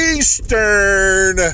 Eastern